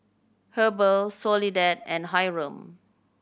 Heber Soledad and Hyrum